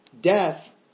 Death